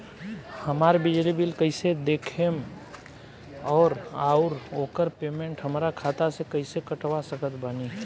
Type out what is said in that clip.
हमार बिजली बिल कईसे देखेमऔर आउर ओकर पेमेंट हमरा खाता से कईसे कटवा सकत बानी?